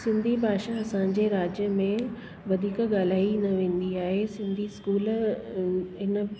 सिंधी भाषा असांजे राज्य में वधीक ॻाल्हाइ न वेंदी आहे सिंधी स्कूल इन